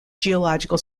geological